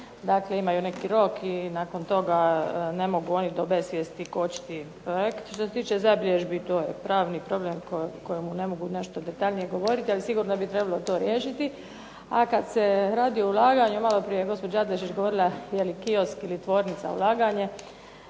Dakle imaju neki rok i nakon toga ne mogu oni do besvijesti kočiti projekt. Što se tiče zabilježbi to je pravni problem kojemu ne mogu nešto detaljnije govoriti, ali sigurno bi to trebalo riješiti. Ali kada se radi o ulaganju malo prije je gospođa Adlešič govorila, jeli kiosk ili tvornica ulaganje,